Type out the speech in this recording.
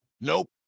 nope